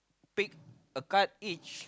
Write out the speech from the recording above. pick a card each